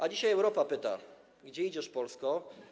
A dzisiaj Europa pyta: Gdzie idziesz, Polsko.